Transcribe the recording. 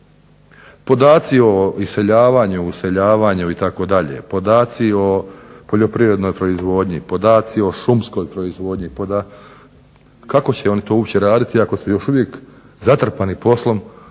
Podaci o iseljavanju, useljavanju itd., podaci o poljoprivrednoj proizvodnji, podaci o šumskoj proizvodnji, kako će oni to uopće raditi ako su još uvijek zatrpani poslom